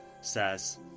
says